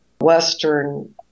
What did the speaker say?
Western